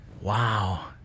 Wow